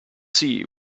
see